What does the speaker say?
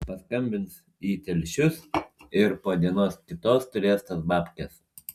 paskambins į telšius ir po dienos kitos turės tas babkes